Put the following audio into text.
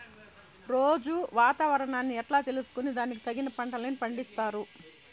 రోజూ వాతావరణాన్ని ఎట్లా తెలుసుకొని దానికి తగిన పంటలని పండిస్తారు?